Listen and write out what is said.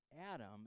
Adam